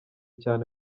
cyane